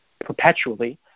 perpetually